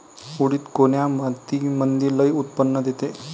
उडीद कोन्या मातीमंदी लई उत्पन्न देते?